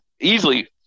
easily